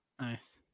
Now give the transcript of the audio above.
Nice